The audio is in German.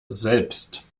selbst